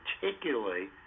particularly